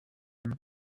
him